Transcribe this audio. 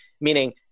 meaning